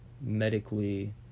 medically